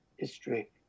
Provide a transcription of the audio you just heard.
history